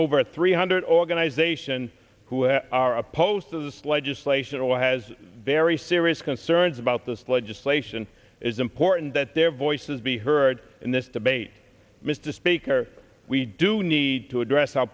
over three hundred organization who have are opposed to this legislation or has very serious concerns about this legislation is important that their voices be heard in this debate mr speaker we do need to address